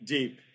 Deep